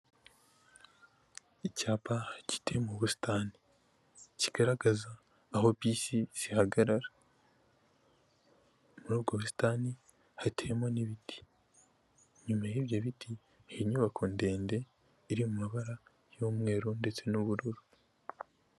Icyapa kiri mu busitani kigaragaza aho bisi zihagarara, muri ubwo busitani hateyemo n'ibiti inyuma y'ibyo biti hari inyubako ndende iri mu mabara y'umweru ndetse n'ubururu.